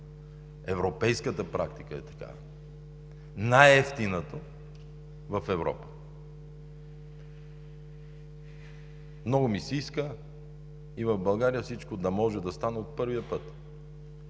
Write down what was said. европейската практика е такава, най-евтиното в Европа. Много ми се иска и в България всичко да може да стане от първия път.